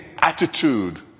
attitude